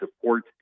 support